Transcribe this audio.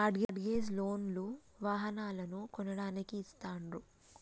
mart gauge loan లు వాహనాలను కొనడానికి ఇస్తాండ్రు